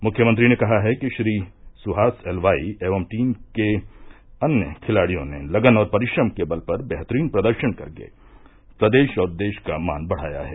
मुख्यमंत्री ने कहा कि श्री सुहास एलवाई एवं टीम के अन्य खिलाड़ियों ने लगन और परिश्रम के बल पर बेहतरीन प्रदर्शन करके प्रदेश और देश का मान बढ़ाया है